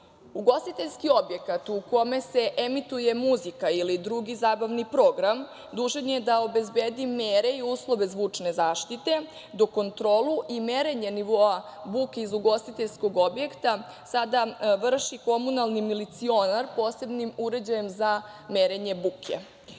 zakonom. Ugostiteljski objekat u kome se emituje muzika ili drugi zabavni program dužan je da obezbedi mere i uslove zvučne zaštite, dok kontrolu i merenje nivoa buke iz ugostiteljskog objekta sada vrši komunalni milicionar posebnim uređajem za merenje buke.Za